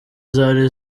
zari